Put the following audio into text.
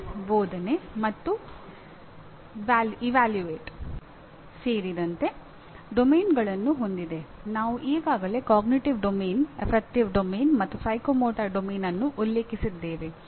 ಕಲಿಕೆ ಬೋಧನೆ ಮತ್ತು ಇವ್ಯಾಲ್ಯೂಯೇಟ್ ಅನ್ನು ಉಲ್ಲೇಖಿಸಿದ್ದೇವೆ